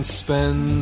spend